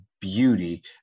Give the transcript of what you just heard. beauty